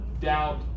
doubt